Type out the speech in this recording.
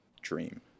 dream